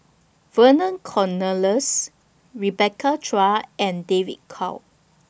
Vernon Cornelius Rebecca Chua and David Kwo